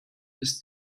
ist